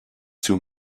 too